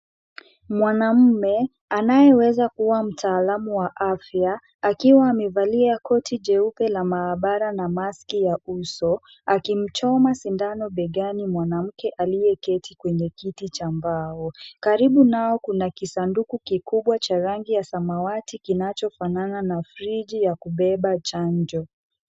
Mwanamume anayeweza kuwa mtaalamu wa afya, akiwa amevalia koti jeupe la maabara na maski ya uso, akimchoma sindano begani mwanamke aliyeketi kwenye kiti cha mbao. Karibu nao kuna kisanduku kikubwa cha rangi ya samawati kinachofanana na fridge ya kubeba chanjo.